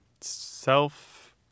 Self